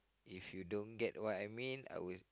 if you don't get what I mean I will